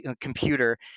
computer